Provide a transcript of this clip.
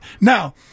Now